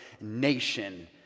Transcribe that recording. nation